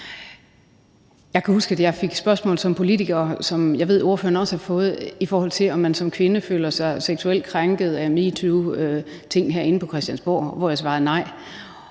fik et spørgsmål, som jeg ved ordføreren også har fået, i forhold til om man som kvinde føler sig seksuelt krænket af metoo-ting herinde på Christiansborg, og hvor jeg svarede nej.